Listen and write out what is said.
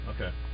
Okay